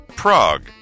Prague